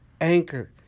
Anchor